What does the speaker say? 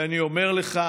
ואני אומר לך,